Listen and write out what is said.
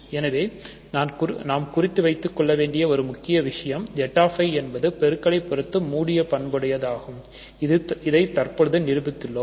எனவே நான் குறித்து வைத்துக்கொள்ள வேண்டிய ஒரு முக்கிய விஷயம் Zi என்பது பொருக்கலை பொறுத்து மூடிய பண்புடையது ஆகும் இதை தற்போது நிரூபித்துள்ளோம்